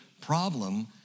problem